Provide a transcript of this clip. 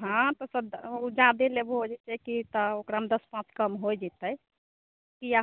हँ तऽ सब ऊओ जादे लेबहो जैसे कि तऽ ओकरामे दश पॉंच कम होए जतै